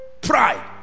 pride